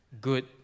good